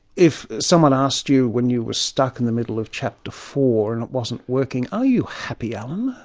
if someone asked you when you were stuck in the middle of chapter four and it wasn't working, are you happy, alan?